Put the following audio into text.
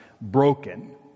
Broken